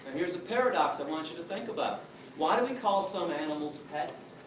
here's a paradox i want you to think about why do we call some animals pets,